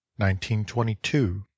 1922